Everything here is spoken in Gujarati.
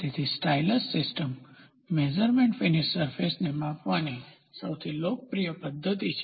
તેથી stylus system measurement finish surface ને માપવાની સૌથી લોકપ્રિય પદ્ધતિ છે